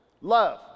Love